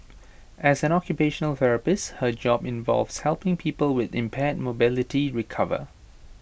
as an occupational therapist her job involves helping people with impaired mobility recover